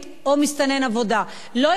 לא יכול להיות מצב שאמרנו,